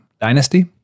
Dynasty